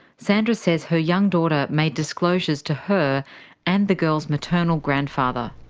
sandra says her young daughter made disclosures to her and the girl's maternal grandfather.